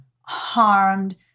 harmed